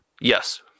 Yes